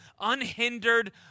Unhindered